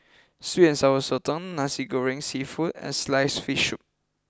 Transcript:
Sweet and Sour Sotong Nasi Goreng Seafood and Sliced Fish Soup